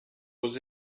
was